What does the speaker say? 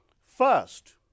First